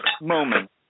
moment